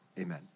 amen